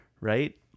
right